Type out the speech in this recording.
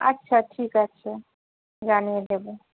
আচ্ছা ঠিক আছে জানিয়ে দেবো